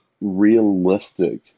realistic